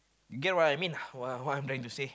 get what I mean what what I'm trying to say